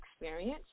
experience